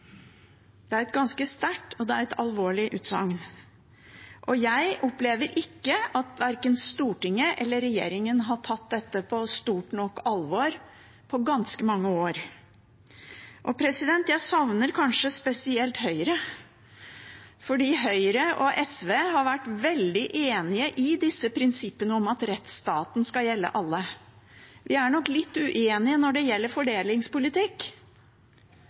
Det er et ganske sterkt og alvorlig utsagn. Jeg opplever at verken Stortinget eller regjeringen har tatt dette på stort nok alvor på ganske mange år. Jeg savner kanskje spesielt Høyre, for Høyre og SV har vært veldig enige om disse prinsippene om at rettsstaten skal gjelde alle. Vi er nok litt uenige når det gjelder fordelingspolitikk,